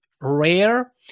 rare